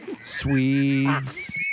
Swedes